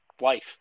life